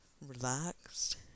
relaxed